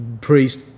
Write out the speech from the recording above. priest